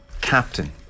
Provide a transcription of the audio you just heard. captain